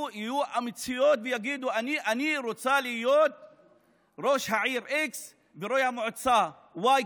יהיו אמיצות ויגידו: אני רוצה להיות ראש העיר x וראש המועצה y,